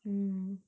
mm